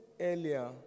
earlier